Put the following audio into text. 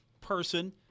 person